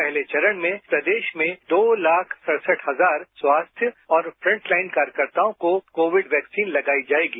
पहले चरण में प्रदेश में दो लाख सड़सठ हजार स्वास्थ्य और फ्रंटलाइन कार्यकर्ताओं को कोविड वैक्सीन लगाई जाएगी